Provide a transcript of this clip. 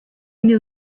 knew